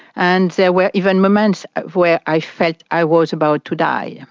and there were even moments where i felt i was about to die.